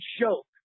joke